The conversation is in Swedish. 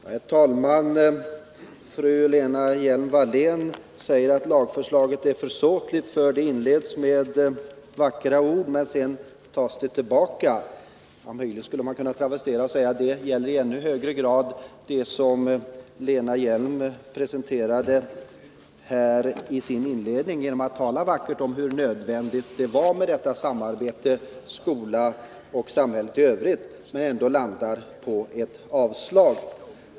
Herr talman! Fru Lena Hjelm-Wallén säger att lagförslaget är försåtligt för det inleds med vackra ord som sedan tas tillbaka. Möjligen skulle man kunna säga att detta gäller i ännu högre grad det som Lena Hjelm-Wallén presenterade här i sin inledning genom att tala vackert om hur nödvändigt det var med detta samarbete mellan skolan och samhället i övrigt — men ändå landa på ett avslag.